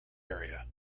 area